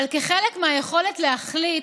אבל כחלק מהיכולת להחליט,